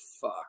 fuck